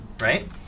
right